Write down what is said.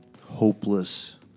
hopeless